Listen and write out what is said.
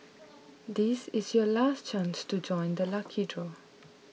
this is your last chance to join the lucky draw